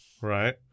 right